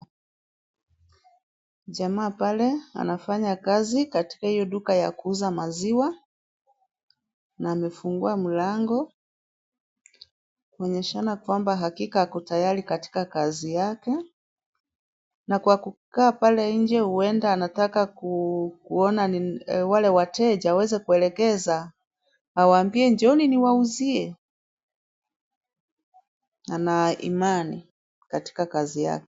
Jamaa pale anafanya kazi katika hiyo duka ya kuuza maziwa na amefungua mlango, kuonyeshana kwamba hakika ako tayari katika kazi yake na kwa kukaa pale nje huenda anataka kuona wale wateja aweze kuwaelekeza awaambie, Njooni niwauzie. Ana imani katika kazi yake.